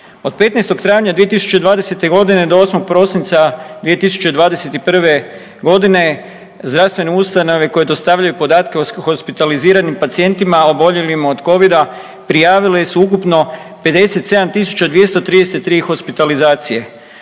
Od 15. travnja 2020.g. do 8. prosinca 2021.g. zdravstvene ustanove koje dostavljaju podatke o hospitaliziranim pacijentima oboljelima od covida prijavile su ukupno 57.233 hospitalizacije.